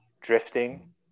drifting